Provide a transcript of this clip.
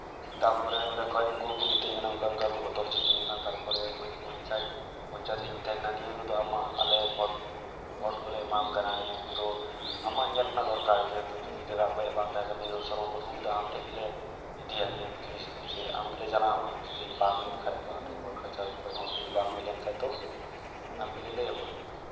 ᱛᱟᱨᱯᱚᱨᱮ ᱚᱸᱰᱮ ᱠᱷᱚᱡ ᱩᱱᱠᱩ ᱦᱚᱸᱠᱚ ᱢᱮᱛᱟ ᱧ ᱠᱟᱱᱟ ᱚᱱᱠᱟ ᱚᱱᱠᱟ ᱠᱚ ᱵᱚᱛᱚᱨ ᱦᱚᱪᱚ ᱤᱫᱤᱧ ᱠᱟᱱᱟ ᱛᱟᱨᱯᱚᱨᱮ ᱱᱚᱜᱼᱚᱸᱭ ᱯᱚᱧᱪᱟᱭᱮᱛ ᱦᱚᱸᱧ ᱢᱮᱛᱟᱭ ᱠᱟᱱᱟ ᱱᱤᱭᱟᱹ ᱠᱚᱫᱚ ᱟᱢᱟᱜ ᱟᱞᱮ ᱵᱷᱳᱴ ᱵᱷᱳᱴ ᱠᱚᱞᱮ ᱮᱢᱟᱢ ᱠᱟᱱᱟ ᱱᱤᱭᱟᱹ ᱠᱚᱫᱚ ᱟᱢᱟᱜ ᱧᱮᱞ ᱨᱮᱱᱟᱜ ᱫᱚᱨᱠᱟᱨ ᱡᱮᱦᱮᱛᱩ ᱡᱚᱢᱤ ᱡᱟᱭᱜᱟ ᱚᱠᱚᱭᱟᱜ ᱵᱟᱝ ᱛᱟᱦᱮᱸ ᱠᱟᱱᱟ ᱱᱤᱭᱟᱹ ᱥᱚᱨᱵᱚ ᱯᱨᱚᱛᱷᱚᱢ ᱟᱢ ᱴᱷᱮᱡ ᱜᱮᱞᱮ ᱤᱫᱤᱭᱟ ᱱᱤᱭᱟᱹ ᱠᱚ ᱡᱤᱱᱤᱥ ᱫᱚ ᱪᱮᱫ ᱟᱢ ᱜᱮᱞᱮ ᱡᱟᱱᱟᱣ ᱟᱢᱟ ᱡᱩᱫᱤ ᱵᱟᱝ ᱦᱩᱭᱩᱜ ᱠᱷᱟᱡ ᱫᱚ ᱠᱳᱨᱴ ᱠᱟᱹᱪᱷᱟᱹᱨᱤ ᱠᱷᱚᱡ ᱦᱚᱸ ᱡᱩᱫᱤ ᱵᱟᱝ ᱦᱩᱭ ᱞᱮᱱᱠᱷᱟᱡ ᱫᱚ ᱟᱢ ᱡᱩᱫᱤ ᱞᱟᱹᱭ ᱟᱢᱟ